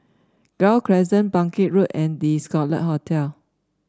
Gul Crescent Bangkit Road and The Scarlet Hotel